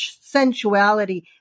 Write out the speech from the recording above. sensuality